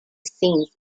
scenes